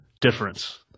difference